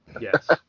Yes